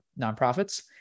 nonprofits